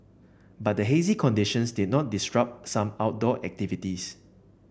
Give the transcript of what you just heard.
but the hazy conditions did not disrupt some outdoor activities